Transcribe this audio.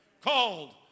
called